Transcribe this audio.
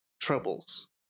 troubles